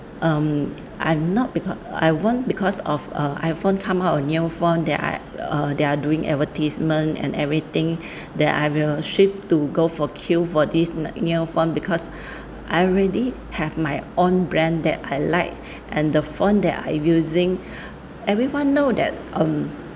um I'm not because I want because of uh iphone come out a new phone that I uh they're doing advertisement and everything that I will straight to go for queue for this new phone because I already have my own brand that I like and the phone that I using everyone know that um